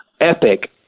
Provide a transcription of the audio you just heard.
epic